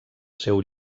seu